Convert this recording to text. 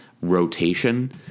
rotation